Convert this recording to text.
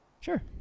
Sure